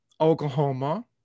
oklahoma